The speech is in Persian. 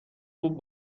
خوب